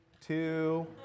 two